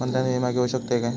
Online विमा घेऊ शकतय का?